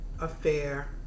affair